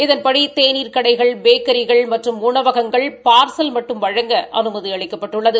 இதன்படி தேநீர் கடைகள் பேக்கிகள் மற்றும் உணவகங்கள் பார்சல் மட்டும் வழங்க அனுமதி அளிக்கப்பட்டுள்ளது